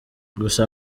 gusa